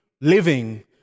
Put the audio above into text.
living